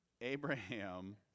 Abraham